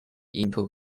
into